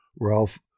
Ralph